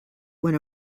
when